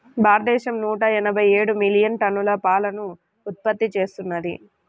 భారతదేశం నూట ఎనభై ఏడు మిలియన్ టన్నుల పాలను ఉత్పత్తి చేస్తున్నది